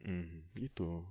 mm gitu